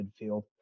midfield